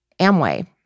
Amway